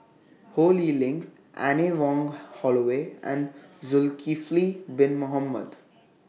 Ho Lee Ling Anne Wong Holloway and Zulkifli Bin Mohamed